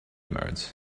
modes